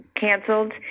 canceled